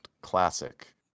Classic